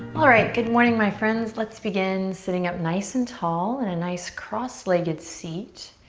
alright, good morning my friends. let's begin sitting up nice and tall in a nice cross-legged seat.